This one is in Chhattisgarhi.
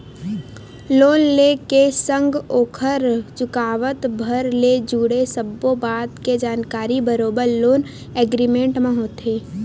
लोन ले के संग ओखर चुकावत भर ले जुड़े सब्बो बात के जानकारी बरोबर लोन एग्रीमेंट म होथे